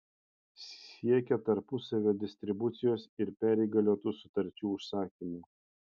siekia tarpusavio distribucijos ir perįgaliotų sutarčių užsakymų